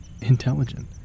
intelligent